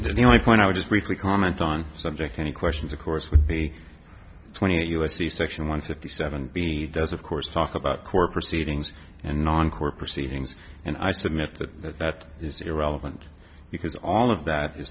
the only point i would just briefly comment on subject any questions of course would be twenty eight u s c section one sixty seven b does of course talk about court proceedings and non court proceedings and i submit that that is irrelevant because all of that